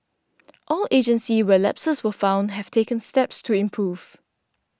all agencies where lapses were found have taken steps to improve